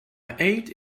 ate